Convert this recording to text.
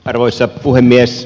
arvoisa puhemies